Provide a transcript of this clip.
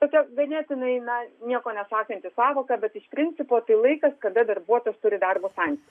tokia ganėtinai na nieko nesakanti sąvoka bet iš principo tai laikas kada darbuotojas turi darbo santykių